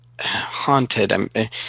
haunted